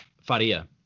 Faria